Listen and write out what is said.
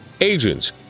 agents